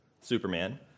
Superman